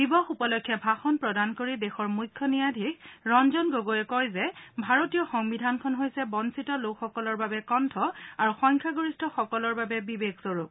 দিৱস উপলক্ষে ভাষণ প্ৰদান কৰি দেশৰ মুখ্য ন্যায়াধীশে ৰঞ্জন গগৈয়ে কয় যে ভাৰতীয় সংবিধানখন হৈছে বঞ্চিত লোকসকলৰ বাবে কঠ আৰু সংখ্যাগৰিষ্ঠ সকলৰ বাবে বিবেকস্বৰূপ